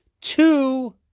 two